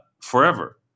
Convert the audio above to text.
forever